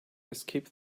escape